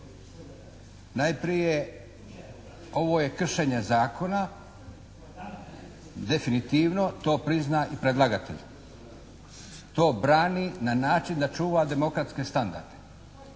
Najprije ovo je kršenje zakona, definitivno, to prizna i predlagatelj, to brani na način da čuva demokratske standarde.